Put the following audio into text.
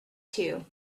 too